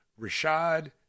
Rashad